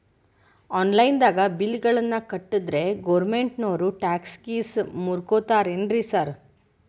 Online ದಾಗ bill ಗಳನ್ನಾ ಕಟ್ಟದ್ರೆ ಗೋರ್ಮೆಂಟಿನೋರ್ ಟ್ಯಾಕ್ಸ್ ಗೇಸ್ ಮುರೇತಾರೆನ್ರಿ ಸಾರ್?